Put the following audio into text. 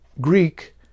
Greek